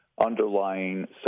underlying